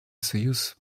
союз